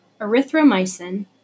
erythromycin